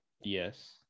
Yes